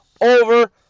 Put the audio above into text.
over